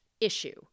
issue